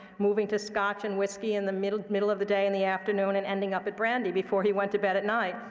moving to scotch and whiskey in the middle middle of the day and the afternoon, and ending up at brandy before he went to bed at night,